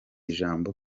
ijambo